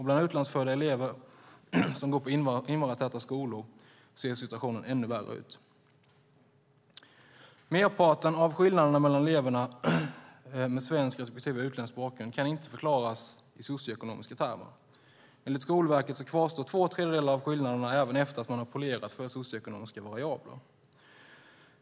Bland utlandsfödda elever som går på invandrartäta skolor ser situationen ännu värre ut. Merparten av skillnaderna mellan eleverna med svensk respektive utländsk bakgrund kan inte förklaras i socioekonomiska termer. Enligt Skolverket kvarstår två tredjedelar av skillnaden även efter man har polerat för socioekonomiska variabler.